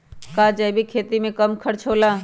का जैविक खेती में कम खर्च होला?